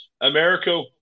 America